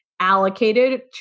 allocated